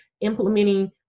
implementing